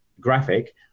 graphic